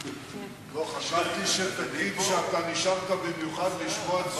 ותמשיך את המגמה הזאת של הפחתה משמעותית מאוד